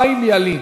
חיים ילין.